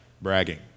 bragging